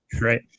right